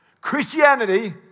Christianity